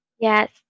Yes